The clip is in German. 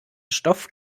stoff